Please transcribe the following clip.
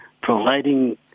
providing